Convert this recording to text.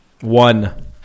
One